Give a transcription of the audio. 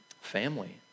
family